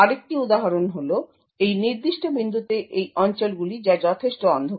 আরেকটি উদাহরণ হল এই নির্দিষ্ট বিন্দুতে এই অঞ্চলগুলি যা যথেষ্ট অন্ধকার